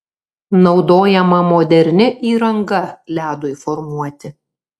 naudojama moderni įranga ledui formuoti